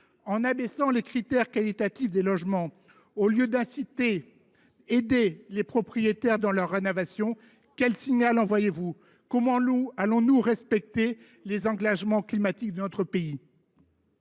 En abaissant les critères qualitatifs des logements, au lieu d’inciter et d’aider les propriétaires à procéder à leur rénovation, quel signal pensez vous envoyer ? Comment parviendrons nous à respecter les engagements climatiques de notre pays ?